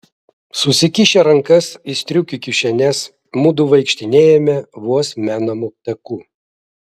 susikišę rankas į striukių kišenes mudu vaikštinėjome vos menamu taku